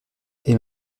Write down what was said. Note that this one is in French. est